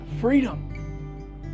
freedom